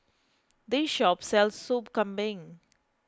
this shop sells Sop Kambing